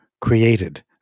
created